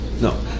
No